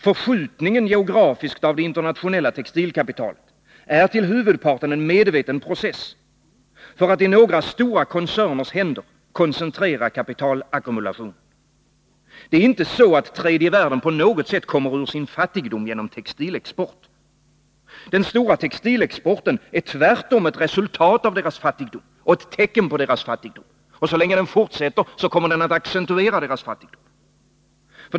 Förskjutningen av det internationella textilkapitalet är till huvudparten en medveten process för att i några stora koncerners händer koncentrera kapitalackumulationen. Det är inte så, att tredje världen på något sätt kommer ur sin fattigdom genom textilimport. Den stora textilexporten är tvärtom ett resultat av och ett tecken på dessa länders fattigdom. Och så länge den fortsätter kommer den att accentuera deras fattigdom.